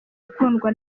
ukundwa